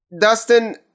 Dustin